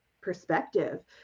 perspective